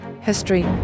history